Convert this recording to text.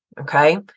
okay